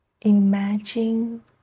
imagine